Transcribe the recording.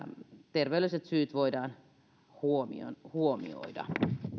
terveydelliset syyt voidaan huomioida